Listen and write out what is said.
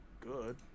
good